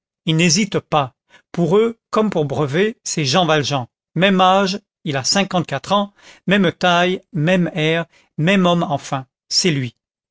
ils n'hésitent pas pour eux comme pour brevet c'est jean valjean même âge il a cinquante-quatre ans même taille même air même homme enfin c'est lui